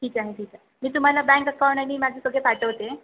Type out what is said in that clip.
ठीक ठीक आहे ठीक आहे मी तुम्हाला बँक अकाउंट आणि मॅसेज वगैरे पाठवते